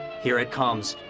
here it comes.